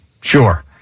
Sure